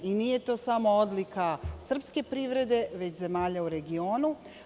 Nije to samo odlika srpske privrede, već zemalja u regionu.